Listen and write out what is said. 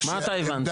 מה אתה הבנת,